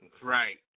Right